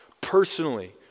Personally